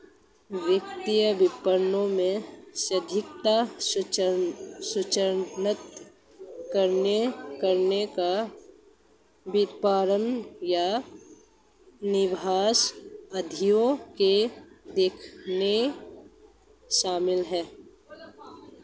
वित्तीय विवरणों में सटीकता सुनिश्चित करना कर, वित्तपोषण, या निवेश उद्देश्यों को देखना शामिल हैं